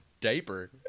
diaper